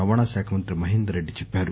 రవాణా శాఖామంతి మహేందర్రెడ్లి చెప్పారు